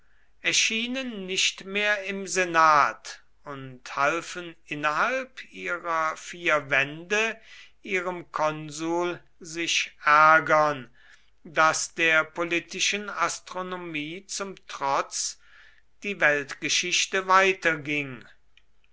erschienen nicht mehr im senat und halfen innerhalb ihrer vier wände ihrem konsul sich ärgern daß der politischen astronomie zum trotz die weltgeschichte weiterging